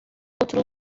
outro